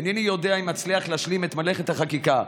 אינני יודע אם אצליח להשלים את מלאכת החקיקה,